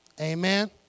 Amen